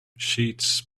sheets